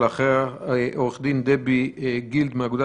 ואחריה מעורכת הדין דבי גילד מהאגודה